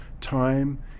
time